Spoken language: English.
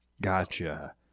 Gotcha